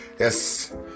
Yes